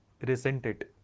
resented